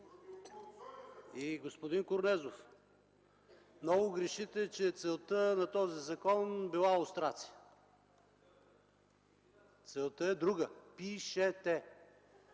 Господин Корнезов, много грешите, че целта на този закон била лустрация. Целта е друга. Пи-ше-те!